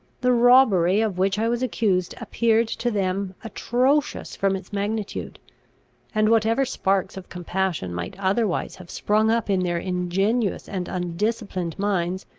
the robbery of which i was accused appeared to them atrocious from its magnitude and whatever sparks of compassion might otherwise have sprung up in their ingenuous and undisciplined minds,